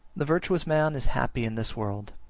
the virtuous man is happy in this world,